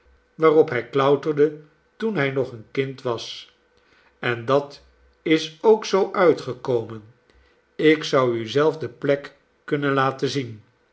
waarop hij klouterde toen hij nog een kind was en dat is ook zoo uitgekomen ik zou u zelf de plek kunnen laten zien